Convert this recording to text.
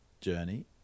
journey